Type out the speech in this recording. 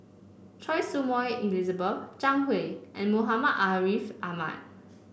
Choy Su Moi Elizabeth Zhang Hui and Muhammad Ariff Ahmad